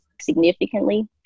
significantly